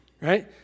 right